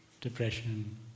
depression